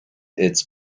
its